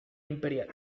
imperial